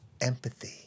empathy